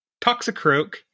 Toxicroak